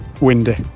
windy